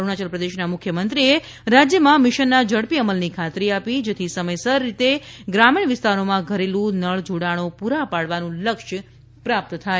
અરૂણાચલ પ્રદેશના મુખ્યમંત્રીશ્રીએ રાજ્યમાં મિશનના ઝડપી અમલની ખાતરી આપી હતી જેથી સમયસર રીતે ગ્રામીણ વિસ્તારોમાં ઘરેલુ નળ જોડાણો પૂરા પાડવાનું લક્ષ્ય પ્રાપ્ત થાય